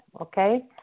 okay